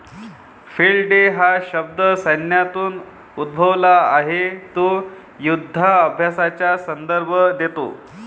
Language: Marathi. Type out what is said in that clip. फील्ड डे हा शब्द सैन्यातून उद्भवला आहे तो युधाभ्यासाचा संदर्भ देतो